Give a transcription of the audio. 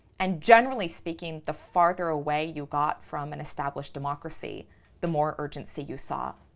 and generally speaking, the farther away you got from an established democracy the more urgency you saw,